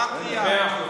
מאיפה, זה גימטריה?